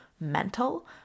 mental